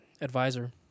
advisor